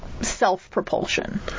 self-propulsion